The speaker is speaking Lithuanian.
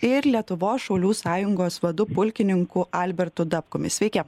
ir lietuvos šaulių sąjungos vadu pulkininku albertu dapkumi sveiki